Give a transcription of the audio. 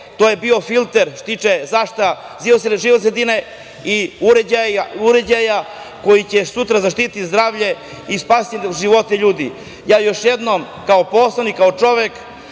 To je bio filter što se tiče zaštite životne sredine i uređaja koji će sutra zaštiti zdravlje i spasiti živote ljudi. Još jednom kao poslanik, kao čovek,